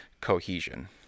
cohesion